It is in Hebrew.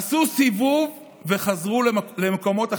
עשו סיבוב וחזרו למקומות אחרים.